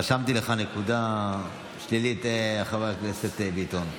רשמתי לך נקודה שלילית, חבר הכנסת ביטון.